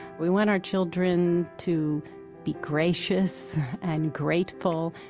we want our children to be gracious and grateful.